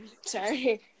sorry